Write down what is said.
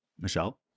Michelle